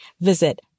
visit